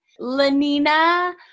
Lenina